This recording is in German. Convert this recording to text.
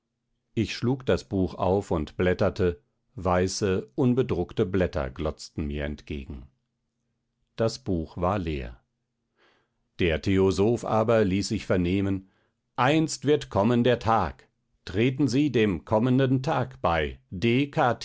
ich schlug das buch auf und blätterte weiße unbedruckte blätter glotzten mir entgegen das buch war leer der theosoph aber ließ sich vernehmen einst wird kommen der tag treten sie dem kommenden tag bei d